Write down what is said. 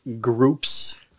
groups